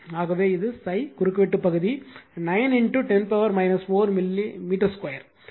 ஆகவே இது ∅ குறுக்கு வெட்டு பகுதி 9 10 4 மீட்டர் ஸ்கொயர்